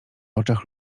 oczach